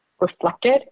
reflected